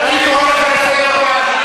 אני קורא אותך לסדר פעם,